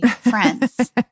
friends